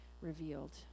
revealed